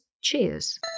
cheers